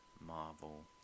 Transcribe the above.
Marvel